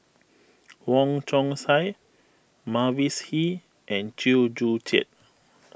Wong Chong Sai Mavis Hee and Chew Joo Chiat